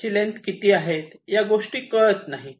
त्यांची लेन्थ किती आहे या गोष्टी कळत नाही